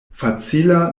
facila